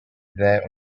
there